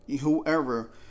whoever